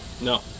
No